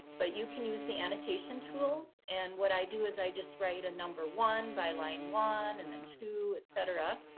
but you can use the annotation tools. and what i do is i just write a number on by line one and then two, etc.